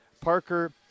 Parker